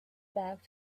back